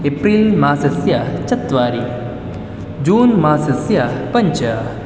एप्रिल्मासस्य चत्वारि जून्मासस्य पञ्च